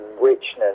richness